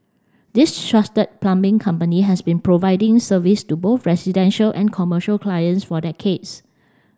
this trusted plumbing company has been providing service to both residential and commercial clients for decades